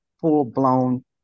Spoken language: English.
full-blown